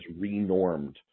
renormed